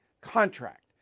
contract